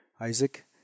Isaac